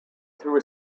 through